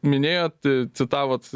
minėjot citavot